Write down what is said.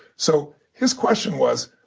so his question was,